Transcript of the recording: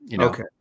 Okay